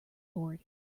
board